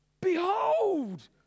Behold